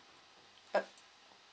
uh